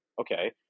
Okay